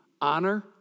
honor